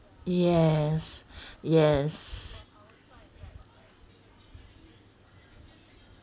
yes yes